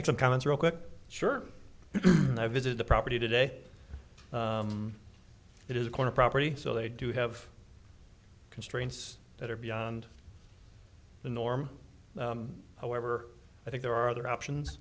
make some comments real quick sure and i visit the property today it is a corner property so they do have constraints that are beyond the norm however i think there are other options